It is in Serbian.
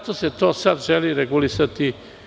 To se sada želi regulisati.